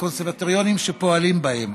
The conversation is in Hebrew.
לקונסרבטוריונים שפועלים בהם.